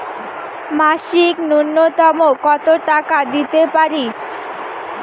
মাসিক নূন্যতম কত টাকা দিতে পারি?